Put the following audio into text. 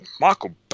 Michael